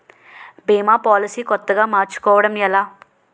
భీమా policy కొత్తగా మార్చుకోవడం ఎలా?